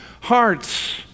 hearts